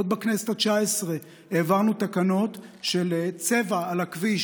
עוד בכנסת התשע-עשרה העברנו תקנות של צבע על הכביש